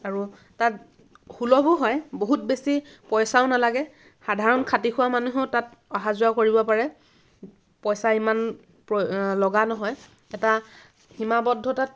আৰু তাত সুলভো হয় বহুত বেছি পইচাও নালাগে সাধাৰণ খাতি খোৱা মানুহেও তাত অহা যোৱা কৰিব পাৰে পইচা ইমান প্ৰ লগা নহয় এটা সীমাৱদ্ধতাত